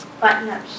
button-up